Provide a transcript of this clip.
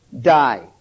die